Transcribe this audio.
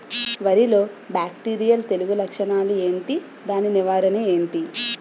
వరి లో బ్యాక్టీరియల్ తెగులు లక్షణాలు ఏంటి? దాని నివారణ ఏంటి?